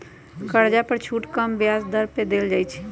कर्जा पर छुट कम ब्याज दर पर देल जाइ छइ